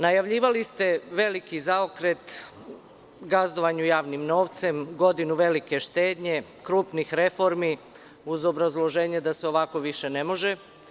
Najavljivali ste veliki zaokret, gazdovanje javnim novcem, godinu velike štednje, krupinih reformi, uz obrazloženje da se ovako više ne može.